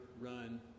run